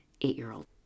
eight-year-old